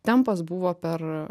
tempas buvo per